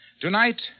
Tonight